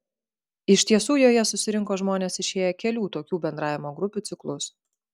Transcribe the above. iš tiesų joje susirinko žmonės išėję kelių tokių bendravimo grupių ciklus